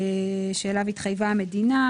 שאליו התחייבה המדינה.